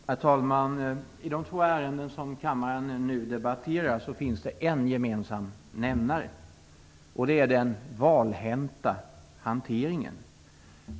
Herr talman! I de två ärenden som kammaren nu debatterar finns det en gemensam nämnare, och det är den valhänta hanteringen.